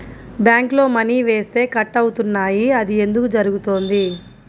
బ్యాంక్లో మని వేస్తే కట్ అవుతున్నాయి అది ఎందుకు జరుగుతోంది?